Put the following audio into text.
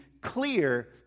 clear